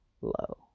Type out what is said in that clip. low